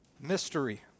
Mystery